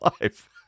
life